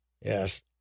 yes